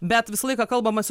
bet visą laiką kalbamasi